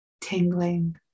tingling